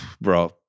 Bro